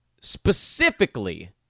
specifically